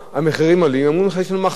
הם אומרים לך: יש לנו מחסור בעובדים זרים.